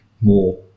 more